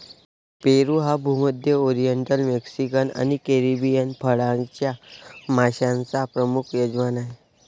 पेरू हा भूमध्य, oriental, Mexican आणि कॅरिबियन फळांच्या माश्यांचा प्रमुख यजमान आहे